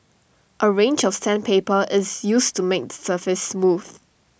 A range of sandpaper is used to make the surface smooth